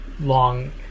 long